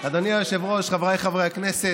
אדוני היושב-ראש, חבריי חברי הכנסת,